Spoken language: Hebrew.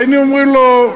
היינו אומרים לו,